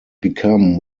become